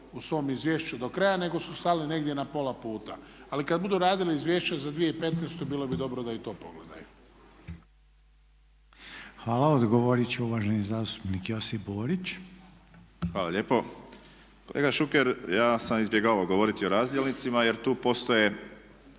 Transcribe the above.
u svom izvješću do kraja nego su stali negdje na pola puta. Ali kad budu radili Izvješće za 2015. bilo bi dobro da i to pogledaju. **Reiner, Željko (HDZ)** Hvala. Odgovorit će uvaženi zastupnik Josip Borić. **Borić, Josip (HDZ)** Hvala lijepo. Kolega Šuker ja sam izbjegavao govoriti o razdjelnicima jer tu postoje